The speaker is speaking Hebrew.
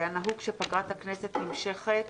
היה נהוג שפגרת הכנסת נמשכת